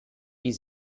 die